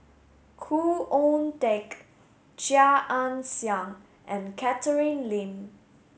Khoo Oon Teik Chia Ann Siang and Catherine Lim